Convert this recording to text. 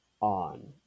on